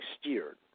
steered